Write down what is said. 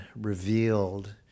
revealed